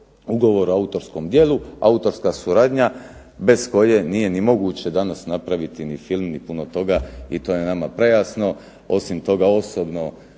ugovor o autorskom djelu, autorska suradnja bez koje nije ni moguće danas napraviti ni film ni puno toga i to je nama prejasno. Osim toga, osobno